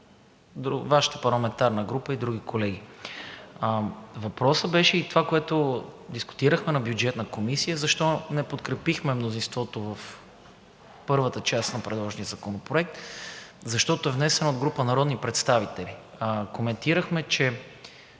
Вашата парламентарна група и други колеги. Въпросът беше и това дискутирахме на Бюджетната комисия: защо не подкрепихме мнозинството в първата част на предложения законопроект? Защото е внесен от група народни представители. Коментирахме, че